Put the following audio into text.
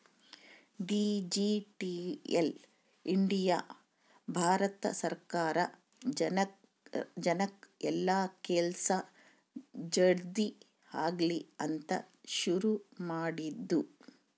digital India Bharat ಸರ್ಕಾರ ಜನಕ್ ಎಲ್ಲ ಕೆಲ್ಸ ಜಲ್ದೀ ಆಗಲಿ ಅಂತ ಶುರು ಮಾಡಿದ್ದು